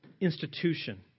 institution